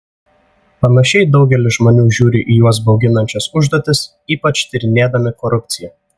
panašiai daugelis žmonių žiūri į juos bauginančias užduotis ypač tyrinėdami korupciją